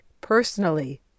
personally